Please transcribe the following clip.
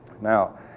Now